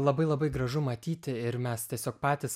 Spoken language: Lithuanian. labai labai gražu matyti ir mes tiesiog patys